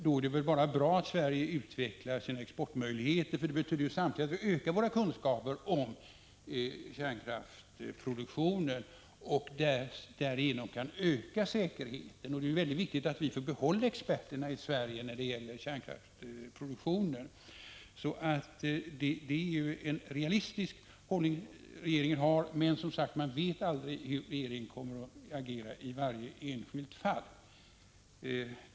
Då är det väl bara bra att Sverige utvecklar sina exportmöjligheter, för det betyder ju samtidigt att vi ökar våra kunskaper om kärnkraftsproduktion och därigenom kan öka säkerheten. Det är mycket viktigt att vi får behålla experterna när det gäller kärnkraftsproduktionen. Det är en realistisk hållning som regeringen har. Men man vet ju aldrig hur regeringen kommer att agera i varje enskilt fall.